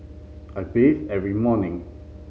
I bathe every morning